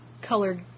colored